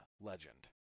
legend